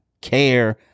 care